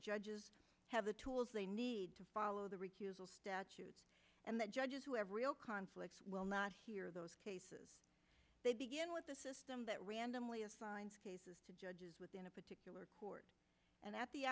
judges have the tools they need to follow the recusal statute and that judges who have real conflicts will not hear those cases they begin with a system that randomly assign cases to judges within a particular court and at the